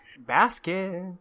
Basket